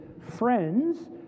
friends